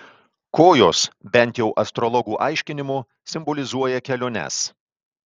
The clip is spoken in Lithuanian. kojos bent jau astrologų aiškinimu simbolizuoja keliones